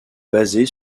basée